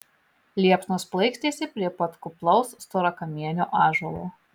liepsnos plaikstėsi prie pat kuplaus storakamienio ąžuolo